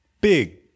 big